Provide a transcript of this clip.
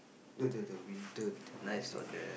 the the the winded you see